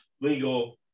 legal